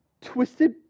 twisted